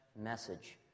message